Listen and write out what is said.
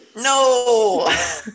no